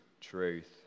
truth